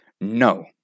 No